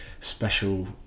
special